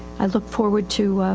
i look forward to,